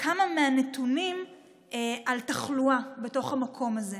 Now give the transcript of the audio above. כמה מהנתונים על תחלואה בתוך המקום הזה.